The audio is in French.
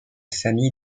famille